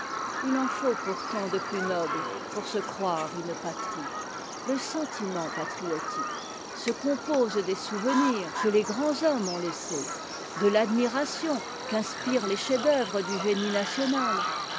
h en faut pourtant de plus nobles pour se croire une patrie le sentiment patriotique se compose des souvenirs que les grands hommes ont laissés de l'admiration qu'inspirent les chefs-d'œuvre du génie national